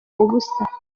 ubusa